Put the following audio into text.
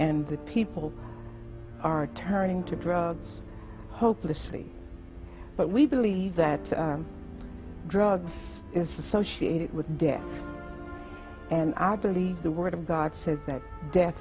and the people are turning to drugs hopelessly but we believe that drugs is associated with death and i believe the word of god says that